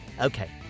Okay